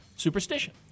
Superstition